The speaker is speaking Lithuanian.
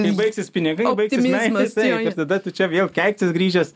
kai baigsis pinigai baigsis meilės taip ir tada tu čia vėl keiksies grįžęs